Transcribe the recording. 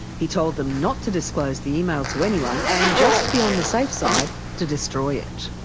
he told them not to disclose the email to anyone, and just to be on the safe side, to destroy it.